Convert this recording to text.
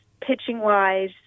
pitching-wise